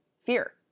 fear